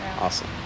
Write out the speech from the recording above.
Awesome